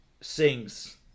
sings